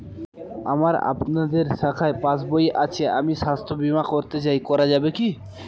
আমার আপনাদের শাখায় পাসবই আছে আমি স্বাস্থ্য বিমা করতে চাই করা যাবে কি?